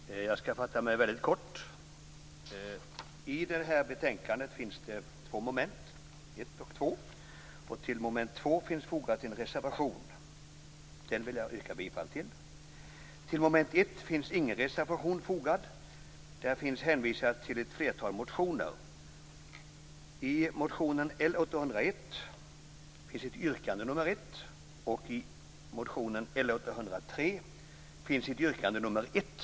Herr talman! Jag skall fatta mig väldigt kort. I detta betänkande finns det två moment, nr 1 och nr 2. Till moment två finns fogat en reservation, vilken jag vill yrka bifall till. Till moment ett finns ingen reservation fogad. Där hänvisas till ett flertal motioner. I motionen L801 finns ett yrkande nr 1, och i motionen L803 finns också ett yrkande nr 1.